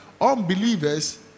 unbelievers